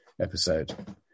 episode